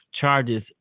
charges